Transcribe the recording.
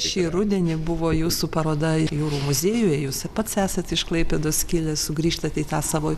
šį rudenį buvo jūsų paroda ir jūrų muziejuje jūs pats esat iš klaipėdos kilęs sugrįžtat į tą savo